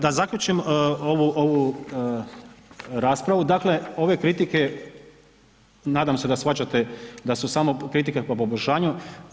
Da zaključim ovu raspravu, dakle ove kritike nadam se da shvaćate da su samo kritike po poboljšanju.